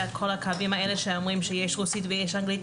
אומרים שיש בקווים האלה רוסית ואנגלית,